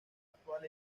actual